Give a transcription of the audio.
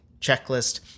checklist